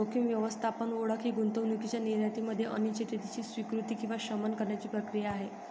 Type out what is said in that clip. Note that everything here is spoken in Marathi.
जोखीम व्यवस्थापन ओळख ही गुंतवणूकीच्या निर्णयामध्ये अनिश्चिततेची स्वीकृती किंवा शमन करण्याची प्रक्रिया आहे